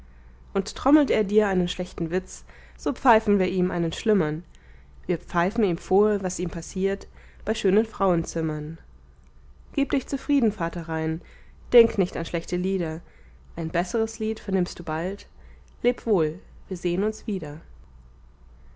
und trommelt er dir einen schlechten witz so pfeifen wir ihm einen schlimmern wir pfeifen ihm vor was ihm passiert bei schönen frauenzimmern gib dich zufrieden vater rhein denk nicht an schlechte lieder ein besseres lied vernimmst du bald leb wohl wir sehen uns wieder